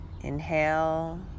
Inhale